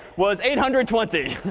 was eight hundred and twenty.